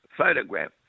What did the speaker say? photograph